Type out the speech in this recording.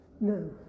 No